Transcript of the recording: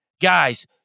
guys